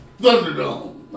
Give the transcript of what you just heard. Thunderdome